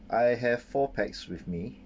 I have four pax with me